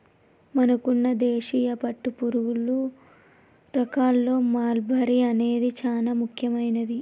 మనకున్న దేశీయ పట్టుపురుగుల రకాల్లో మల్బరీ అనేది చానా ముఖ్యమైనది